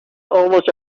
almost